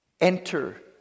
enter